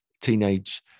teenage